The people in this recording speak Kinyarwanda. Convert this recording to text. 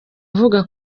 avuga